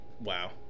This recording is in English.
Wow